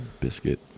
Biscuit